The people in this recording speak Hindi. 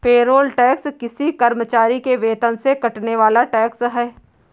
पेरोल टैक्स किसी कर्मचारी के वेतन से कटने वाला टैक्स है